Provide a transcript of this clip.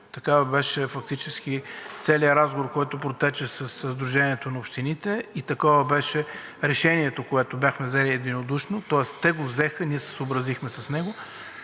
такъв беше целият разговор, който протече със Сдружението на общините, и такова беше решението, което бяхме взели единодушно. Тоест те го взеха, ние се съобразихме с него.